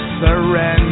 surrender